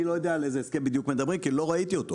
אני לא יודע על איזה הסכם בדיוק מדברים כי לא ראיתי אותו.